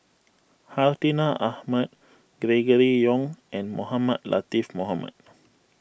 Hartinah Ahmad Gregory Yong and Mohamed Latiff Mohamed